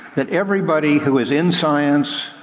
that everybody who is in science,